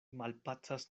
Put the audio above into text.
malpacas